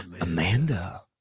Amanda